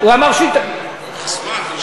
הוא אמר, מזמן.